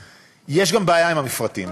יש גם בעיה עם המפרטים,